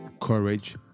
courage